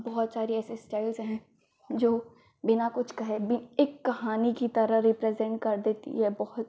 बहुत सारे ऐसे स्टाइल्स हैं जो बिना कुछ कहे भी एक कहानी की तरह रिप्रेजेन्ट कर देते हैं बहुत